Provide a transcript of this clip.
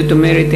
זאת אומרת,